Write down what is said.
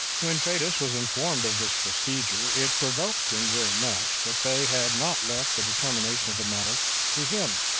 when fadus was informed of this procedure, it provoked him very much that they had not left the determination of the matter to him,